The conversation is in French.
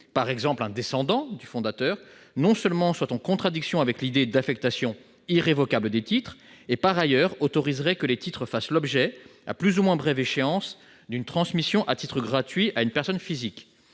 par exemple un descendant du fondateur, non seulement soit en contradiction avec l'idée d'affectation irrévocable des titres, mais en outre permette que les titres fassent l'objet, à plus ou moins brève échéance, d'une transmission à titre gratuit à une personne physique.